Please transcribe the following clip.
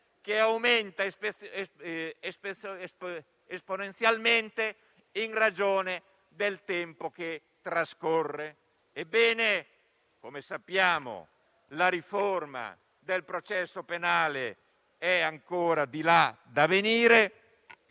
che aumenta esponenzialmente in ragione del tempo che trascorre. Come noto, la riforma del processo penale è ancora di là da venire